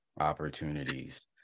opportunities